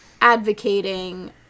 advocating